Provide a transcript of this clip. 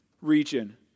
region